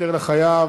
הפטר לחייב),